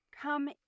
come